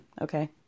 okay